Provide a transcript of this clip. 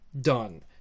done